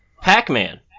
Pac-Man